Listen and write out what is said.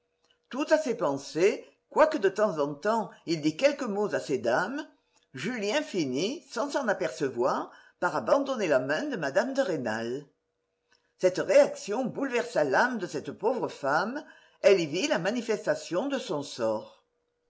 tout à ses pensées quoique de temps en temps il dît quelques mots à ces dames julien finit sans s'en apercevoir par abandonner la main de mme de rênal cette réaction bouleversa l'âme de cette pauvre femme elle y vit la manifestation de son sort